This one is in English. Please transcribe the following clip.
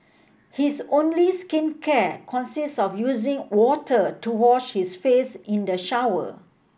his only skincare consists of using water to wash his face in the shower